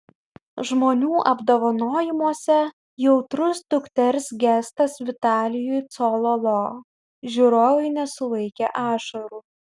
žmonių apdovanojimuose jautrus dukters gestas vitalijui cololo žiūrovai nesulaikė ašarų